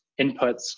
inputs